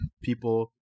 people